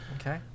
Okay